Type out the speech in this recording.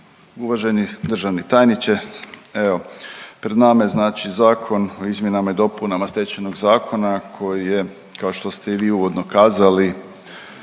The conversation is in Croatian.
Uvaženi državni tajniče. Evo pred nama je znači Zakon o izmjenama i dopunama Stečajnog zakona koji je kao što ste i vi uvodno kazali